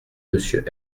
monsieur